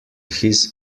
his